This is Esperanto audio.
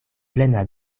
plena